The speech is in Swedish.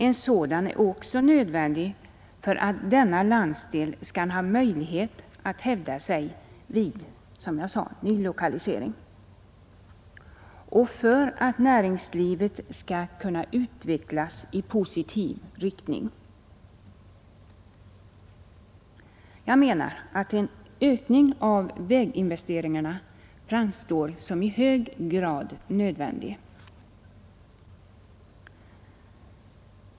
En sådan är också nödvändig för att denna landsdel skall ha möjlighet att hävda sig vid nylokalisering, som jag sade, och för att näringslivet skall kunna utvecklas i positiv riktning. Jag menar att en ökning av väginvesteringarna framstår som i hög grad nödvändig.